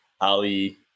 Ali